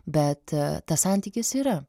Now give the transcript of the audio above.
bet tas santykis yra